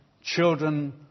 children